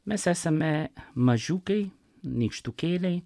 mes esame mažiukai nykštukėliai